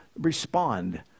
respond